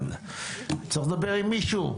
אבל צריך לדבר עם מישהו.